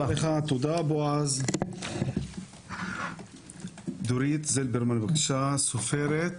בבקשה, דורית, סופרת,